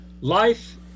Life